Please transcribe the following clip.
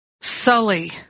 sully